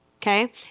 Okay